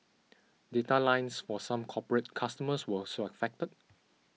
data lines for some corporate customers were also affected